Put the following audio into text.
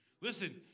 Listen